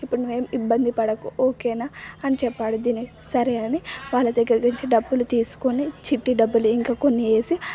ఇప్పుడు నువ్వేం ఇబ్బంది పడకు ఓకేనా అని చెప్పాడు దినేష్ సరే అని వాళ్ళ దగ్గర నుంచి డబ్బులు తీసుకొని చిట్టి డబ్బులు ఇంక కొన్ని వేసి